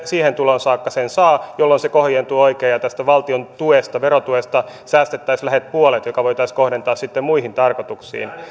siihen tuloon saakka sen saa jolloin se kohdentuu oikein ja tästä valtion tuesta verotuesta säästettäisiin lähes puolet joka voitaisiin sitten kohdentaa muihin tarkoituksiin